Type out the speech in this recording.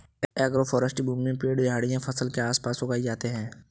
agroforestry भूमि में पेड़ और झाड़ियाँ फसल के आस पास उगाई जाते है